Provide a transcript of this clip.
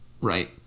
Right